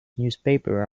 newspaper